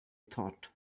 thought